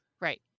Right